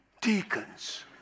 deacons